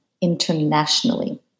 internationally